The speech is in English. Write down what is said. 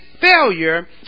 failure